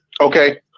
Okay